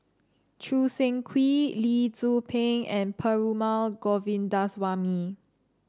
Choo Seng Quee Lee Tzu Pheng and Perumal Govindaswamy